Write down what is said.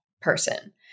person